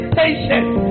patience